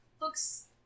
looks